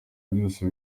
byose